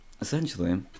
essentially